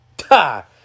Ha